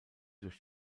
durch